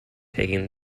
taking